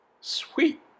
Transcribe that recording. Sweet